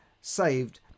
saved